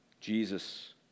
Jesus